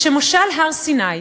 כשמשה על הר-סיני,